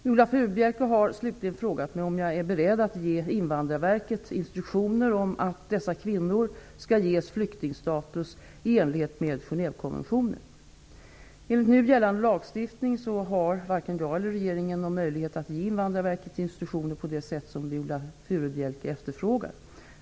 Viola Furubjelke har slutligen frågat mig om jag är beredd att ge Invandrarverket instruktioner om att dessa kvinnor skall ges flyktingstatus i enlighet med Genèvekonventionen. Enligt nu gällande lagstiftning har varken jag eller regeringen någon möjlighet att ge Invandrarverket instruktioner på det sätt som Viola Furubjelke efterfrågar.